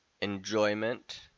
enjoyment